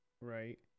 right